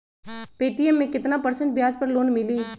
Paytm मे केतना percent ब्याज पर लोन मिली?